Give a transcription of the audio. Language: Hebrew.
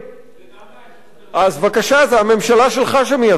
זה גם, בבקשה, זו הממשלה שלך שמייבאת אותם.